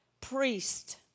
priest